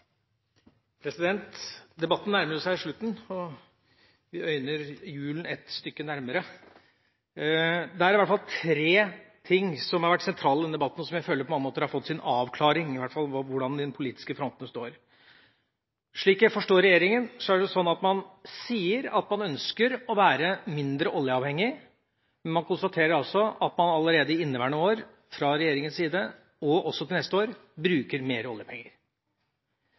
i hvert fall tre ting som har vært sentrale i denne debatten, og som jeg på mange måter føler har fått sin avklaring – i hvert fall om hvordan de politiske frontene står. Slik jeg forstår regjeringa, sier man at man ønsker å være mindre oljeavhengig. Men da konstaterer jeg også at man fra regjeringas side, allerede i inneværende år og også til neste år, bruker mer oljepenger.